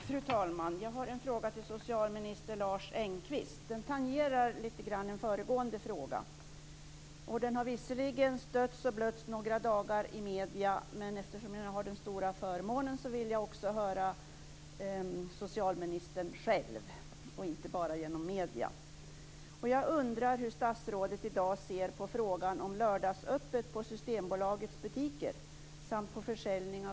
Fru talman! Jag har en fråga till socialminister Lars Engqvist som lite grann tangerar en föregående fråga. Detta har visserligen stötts och blötts några dagar i medierna, men eftersom jag nu har den stora förmånen vill jag också höra socialministern direkt och inte bara genom medierna.